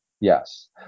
Yes